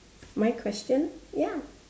my question ya